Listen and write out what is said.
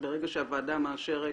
ברגע שהוועדה מאשרת,